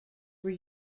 were